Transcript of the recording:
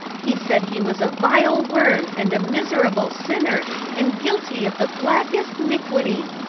he said he was a vile worm and a miserable sinner and guilty of the blackest niquity.